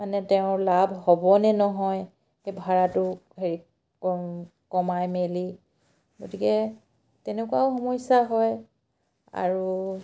মানে তেওঁৰ লাভ হ'বনে নহয় সেই ভাড়াটো হেৰি কমাই মেলি গতিকে তেনেকুৱাও সমস্যা হয় আৰু